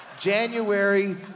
January